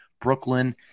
Brooklyn